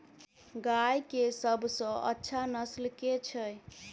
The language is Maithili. गाय केँ सबसँ अच्छा नस्ल केँ छैय?